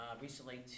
recently